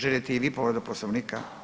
Želite i vi povredu Poslovnika?